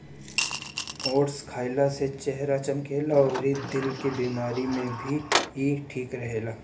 oats खाइला से चेहरा चमकेला अउरी दिल के बेमारी में भी इ ठीक रहेला